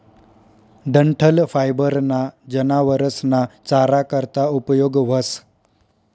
डंठल फायबर ना जनावरस ना चारा करता उपयोग व्हस